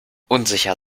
unsicher